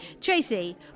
Tracy